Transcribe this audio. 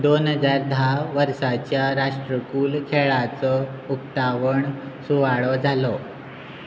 दोन हजार धा वर्साच्या राष्ट्रकूल खेळाचो उक्तावण सुवाळो जालो